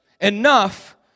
enough